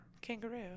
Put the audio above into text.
Kangaroo